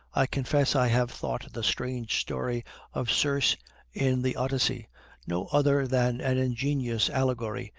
i confess i have thought the strange story of circe in the odyssey no other than an ingenious allegory,